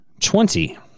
Twenty